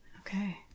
Okay